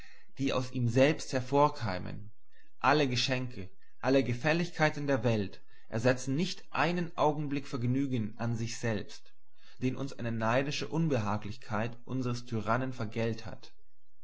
die aus ihm selbst hervorkeimen alle geschenke alle gefälligkeiten der welt ersetzen nicht einen augenblick vergnügen an sich selbst den uns eine neidische unbehaglichkeit unsers tyrannen vergällt hat